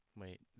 Wait